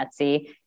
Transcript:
Etsy